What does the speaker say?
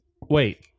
Wait